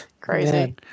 Crazy